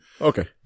Okay